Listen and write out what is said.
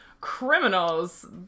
criminals